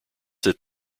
that